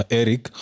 eric